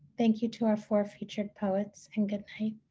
thank you to our four featured poets and good night.